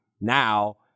now